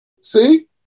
See